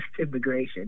Immigration